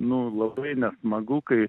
nu labai nesmagu kai